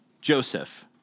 Joseph